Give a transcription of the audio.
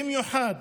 במיוחד